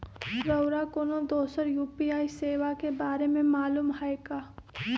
रउरा कोनो दोसर यू.पी.आई सेवा के बारे मे मालुम हए का?